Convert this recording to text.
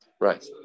Right